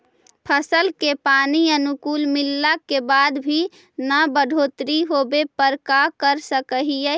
फसल के पानी अनुकुल मिलला के बाद भी न बढ़ोतरी होवे पर का कर सक हिय?